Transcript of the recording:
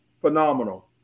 phenomenal